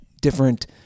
different